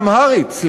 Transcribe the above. טיגרינית ואמהרית.